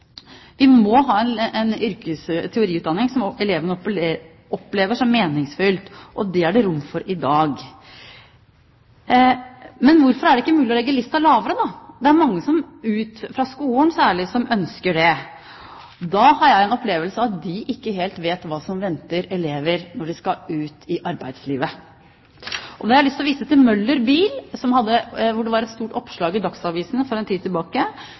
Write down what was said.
Vi må ha en teoriutdanning som elevene opplever som meningsfylt, og det er det rom for i dag. Men hvorfor er det ikke mulig å legge lista lavere? Det er mange, særlig i skolen, som ønsker det. Da har jeg en opplevelse av at de ikke helt vet hva som venter elever som skal ut i arbeidslivet. Jeg lyst til å vise til Møller Bil. Det var et stort oppslag i Dagsavisen for en tid tilbake,